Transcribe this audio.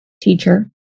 teacher